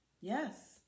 Yes